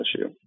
issue